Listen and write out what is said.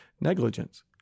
negligence